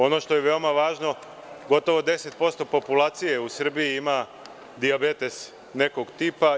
Ono što je veoma važno, gotovo 10% populacije u Srbiji ima dijabetes nekog tipa.